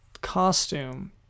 costume